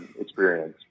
experience